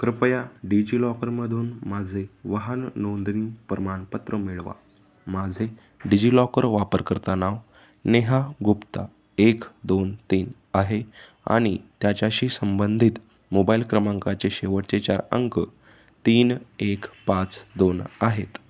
कृपया डिजिलॉकरमधून माझे वाहन नोंदणी प्रमाणपत्र मिळवा माझे डिजि लॉकर वापरकर्ता नाव नेहा गुप्ता एक दोन तीन आहे आणि त्याच्याशी संबंधित मोबाईल क्रमांकाचे शेवटचे चार अंक तीन एक पाच दोन आहेत